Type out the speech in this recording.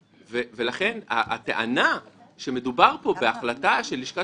ולכן אנחנו מתכנסים פה היום כדי לדון בשינוי